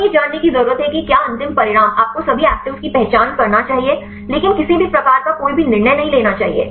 हमें यह जानने की जरूरत है कि क्या अंतिम परिणाम आपको सभी एक्टीवेस की पहचान करना चाहिए लेकिन किसी भी प्रकार का कोई भी निर्णय नहीं लेना चाहिए